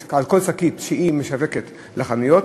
על כל שקית שהיא משווקת לחנויות,